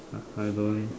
I I don't